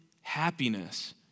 happiness